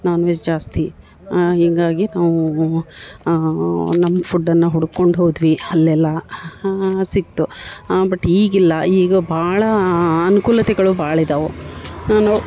ನಾನ್ veg ಜಾಸ್ತಿ ಹೀಗಾಗಿ ನಾವು ನಮ್ಮ ಫುಡ್ಡನ್ನು ಹುಡ್ಕೊಂಡು ಹೋದ್ವಿ ಅಲ್ಲೆಲ್ಲ ಸಿಕ್ಕಿತು ಬಟ್ ಈಗಿಲ್ಲ ಈಗ ಭಾಳ ಅನುಕೂಲತೆಗಳು ಭಾಳ ಇದಾವೆ ನಾವು